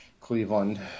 Cleveland